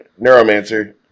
neuromancer